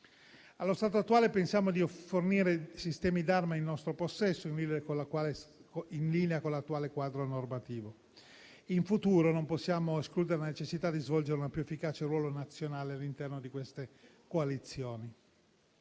Allo stato attuale, pensiamo di fornire sistemi d'arma in nostro possesso, in linea con l'attuale quadro normativo. In futuro, non possiamo escludere la necessità di svolgere un più efficace ruolo nazionale all'interno di queste coalizioni.